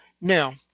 Now